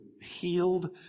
healed